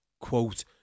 quote